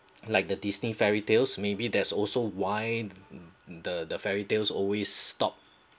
like the Disney fairy tales maybe there's also why the fairy tales always stop